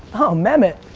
oh mehmit.